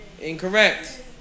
Incorrect